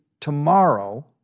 tomorrow